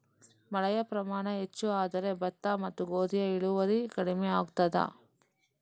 ಮಳೆಯ ಪ್ರಮಾಣ ಹೆಚ್ಚು ಆದರೆ ಭತ್ತ ಮತ್ತು ಗೋಧಿಯ ಇಳುವರಿ ಕಡಿಮೆ ಆಗುತ್ತದಾ?